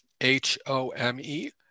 H-O-M-E